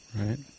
Right